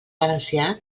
valencià